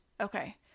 Okay